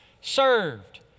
served